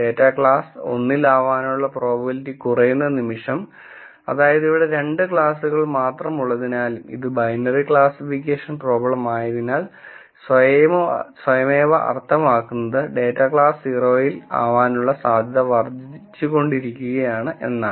data class 1 ൽ ആവാനുള്ള probability കുറയുന്ന നിമിഷം അതായത് ഇവിടെ 2 ക്ലാസുകൾ മാത്രമുള്ളതിനാലും ഇത് ബൈനറി ക്ലാസിഫിക്കേഷൻ പ്രോബ്ലമായതിനാൽ സ്വയമേവ അർത്ഥമാക്കുന്നത് ഡാറ്റ ക്ലാസ് 0 യിൽ ആവാനുള്ള സാധ്യത വർദ്ധിച്ചുകൊണ്ടിരിക്കുകയാണ് എന്നാണ്